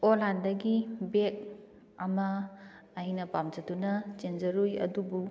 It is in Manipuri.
ꯑꯣꯟꯂꯥꯏꯟꯗꯒꯤ ꯕꯦꯒ ꯑꯃ ꯑꯩꯅ ꯄꯥꯝꯖꯗꯨꯅ ꯆꯦꯟꯖꯔꯨꯏ ꯑꯗꯨꯕꯨ